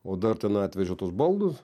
o dar ten atvežė tuos baldus